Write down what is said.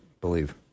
believe